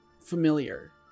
familiar